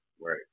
right